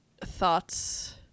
thoughts